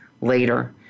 later